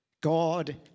God